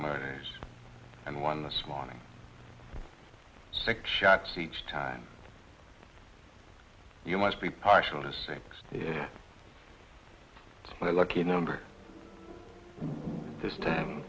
murders and one this morning six shots each time you must be partial to six in a lucky number this time